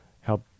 help